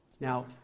Now